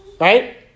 right